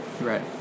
Right